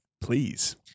Please